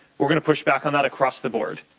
we're going to push back on that across the board.